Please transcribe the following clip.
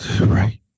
Right